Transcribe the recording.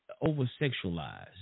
over-sexualized